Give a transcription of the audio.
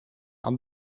aan